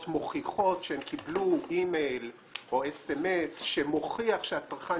מוכיחות שהן קיבלו אימייל או סמס שמוכיח שהצרכן